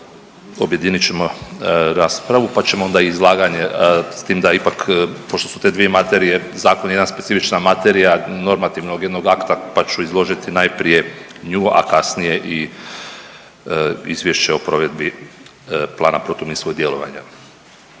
objedinit ćemo raspravu pa ćemo onda izlaganje, s tim da ipak, pošto su te dvije materije, zakon je jedna specifična materija normativnog jednog akta pa ću izložiti najprije nju, a kasnije i Izvješće o provedbi Plana protuminskog djelovanja.